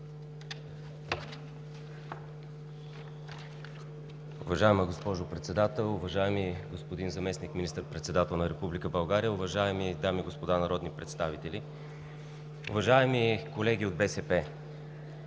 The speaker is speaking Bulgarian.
Уважаема госпожо Председател, уважаеми господин Заместник министър-председател на Република България, уважаеми дами и господа народни представители! Уважаеми колеги от БСП,